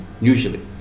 Usually